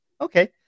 Okay